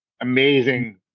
amazing